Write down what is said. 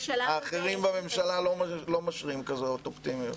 האחרים בממשלה לא משרים כזאת אופטימיות.